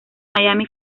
miami